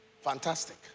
Fantastic